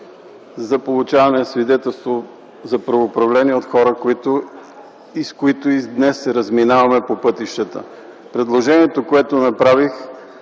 за получаване свидетелство за правоуправление от хора, които, и с които, и днес се разминаваме по пътищата. Предложението, което направих,